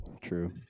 True